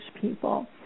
people